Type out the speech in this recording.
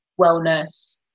wellness